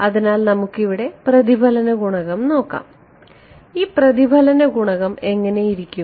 അതിനാൽ നമുക്ക് ഇവിടെ പ്രതിഫലന ഗുണകം നോക്കാം ഈ പ്രതിഫലന ഗുണകം എങ്ങനെയിരിക്കും